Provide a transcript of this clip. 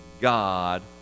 God